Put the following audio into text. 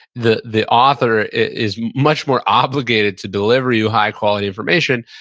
the the author is much more obligated to deliver you high quality information.